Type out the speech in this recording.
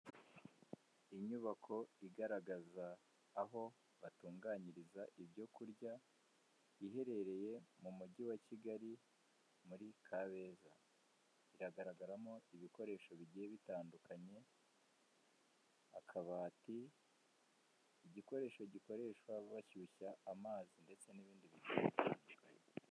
Inyubako igaragaza aho batunganyiriza ibyokurya, iherereye mu Mujyi wa Kigali, muri Kabeza, iragaragaramo ibikoresho bigiye bitandukanye, akabati, igikoresho gikoreshwa bashyushya amazi ndetse n'ibindi bitandukanye.